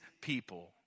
people